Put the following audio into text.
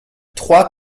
trois